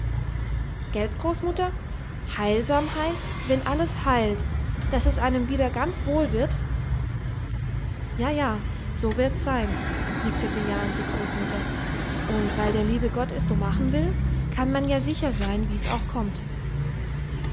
gelt großmutter heilsam heißt wenn alles heilt daß es einem wieder ganz wohl wird ja ja so wird's sein nickte bejahend die großmutter und weil der liebe gott es so machen will so kann man ja sicher sein wie's auch kommt